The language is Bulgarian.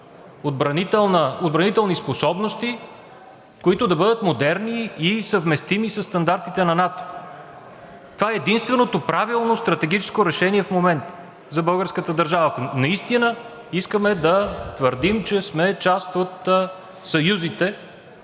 отбранителни способности, които да бъдат модерни и съвместими със стандартите на НАТО. Това е единственото правилно стратегическо решение в момента за българската държава. Наистина искаме да твърдим, че сме част от съюзите,